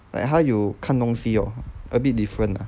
like how you 看东西 lor a bit different lah